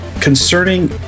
concerning